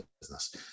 business